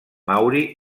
mauri